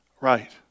right